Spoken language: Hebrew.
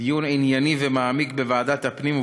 דיון ענייני ומעמיק בוועדת הפנים.